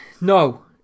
no